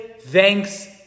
thanks